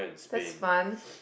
that's fun